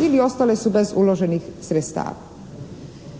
ili ostale su bez uloženih sredstava.